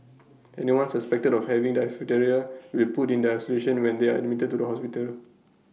anyone suspected of having diphtheria will put in isolation when they are admitted to hospital